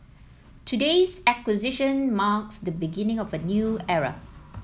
today's acquisition marks the beginning of a new era